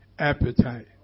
Appetite